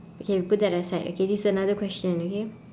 okay we put that aside okay this is another question okay